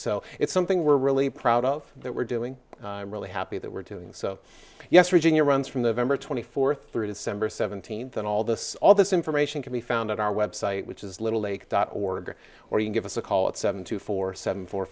so it's something we're really proud of that we're doing i'm really happy that we're doing so yes virginia runs from the vendor twenty fourth through december seventeenth and all this all this information can be found at our website which is little lake dot org or you give us a call at seven two four seven four